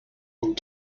want